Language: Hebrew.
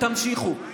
תמשיכו.